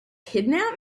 kidnap